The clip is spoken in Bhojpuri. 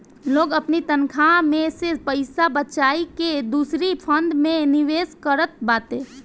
लोग अपनी तनखा में से पईसा बचाई के दूसरी फंड में निवेश करत बाटे